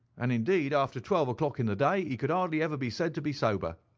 and, indeed, after twelve o'clock in the day he could hardly ever be said to be sober.